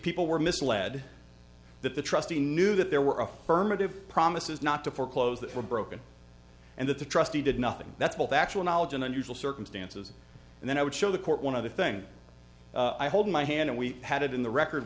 people were misled that the trustee knew that there were affirmative promises not to foreclose that were broken and that the trustee did nothing that's all factual knowledge in unusual circumstances and then i would show the court one other thing i hold my hand and we had it in the record